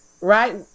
right